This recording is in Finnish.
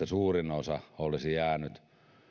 suurin osa olisi jäänyt